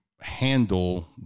handle